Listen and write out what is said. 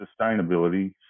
sustainability